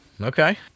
Okay